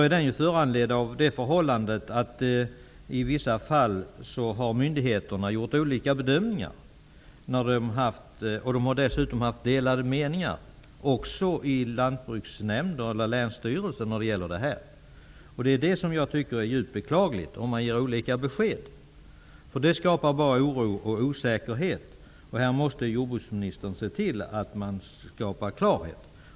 Frågan är föranledd av att myndigheterna i vissa fall har gjort olika bedömningar. Lantbruksnämnder och länsstyrelser har också haft delade meningar. Jag tycker att det är djupt beklagligt när man ger olika besked. Det skapar bara oro och osäkerhet. Här måste jordbruksministern se till att det skapas klarhet.